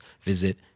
visit